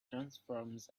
transforms